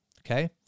okay